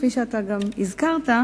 כפי שאתה גם הזכרת,